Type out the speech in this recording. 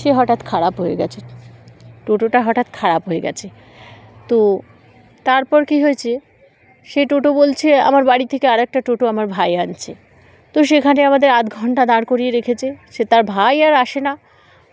সে হঠাৎ খারাপ হয়ে গিয়েছে টোটোটা হঠাৎ খারাপ হয়ে গিয়েছে তো তারপর কী হয়েছে সেই টোটো বলছে আমার বাড়ি থেকে আরেকটা টোটো আমার ভাই আনছে তো সেখানে আমাদের আধ ঘণ্টা দাঁড় করিয়ে রেখেছে সে তার ভাই আর আসে না